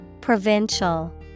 Provincial